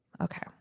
Okay